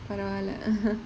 பரவால:paravaala